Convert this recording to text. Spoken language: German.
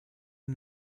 ein